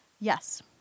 Yes